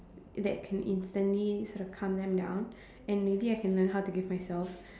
that can instantly sort of calm them down and maybe I can learn how to give myself